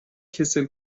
کسل